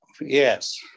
Yes